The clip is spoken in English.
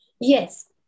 Yes